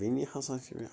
بیٚنہِ ہسا چھِ مےٚ اَکھ